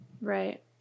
Right